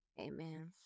Amen